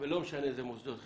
ולא משנה איזה מוסדות חינוך.